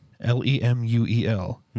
L-E-M-U-E-L